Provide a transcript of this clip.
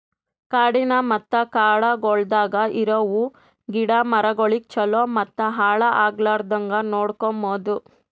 ಕಾಡಿನ ಮತ್ತ ಕಾಡಗೊಳ್ದಾಗ್ ಇರವು ಗಿಡ ಮರಗೊಳಿಗ್ ಛಲೋ ಮತ್ತ ಹಾಳ ಆಗ್ಲಾರ್ದಂಗ್ ನೋಡ್ಕೋಮದ್